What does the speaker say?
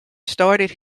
started